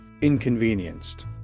inconvenienced